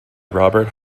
robert